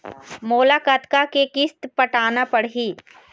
मोला कतका के किस्त पटाना पड़ही?